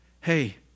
Hey